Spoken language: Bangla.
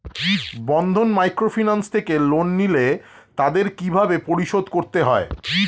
বন্ধন মাইক্রোফিন্যান্স থেকে লোন নিলে তাদের কিভাবে পরিশোধ করতে হয়?